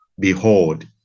Behold